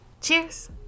cheers